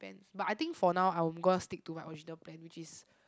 but I think for now I'm gonna stick to my original plan which is